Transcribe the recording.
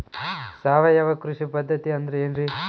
ಸಾವಯವ ಕೃಷಿ ಪದ್ಧತಿ ಅಂದ್ರೆ ಏನ್ರಿ?